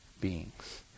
beings